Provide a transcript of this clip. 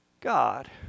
God